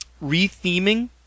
re-theming